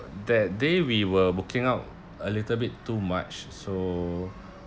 that day we were working out a little bit too much so